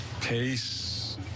pace